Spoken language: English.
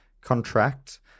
contract